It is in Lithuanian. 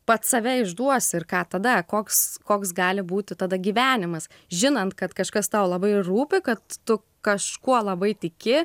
pats save išduosi ir ką tada koks koks gali būti tada gyvenimas žinant kad kažkas tau labai rūpi kad tu kažkuo labai tiki